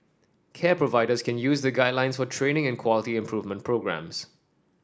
care providers can use the guidelines for training and quality improvement programmes